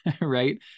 right